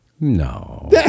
No